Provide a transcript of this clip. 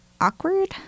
awkward